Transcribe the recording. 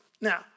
Now